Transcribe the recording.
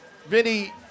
Vinny